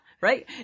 Right